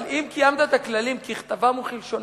אבל אם קיימת את הכללים ככתבם וכלשונם,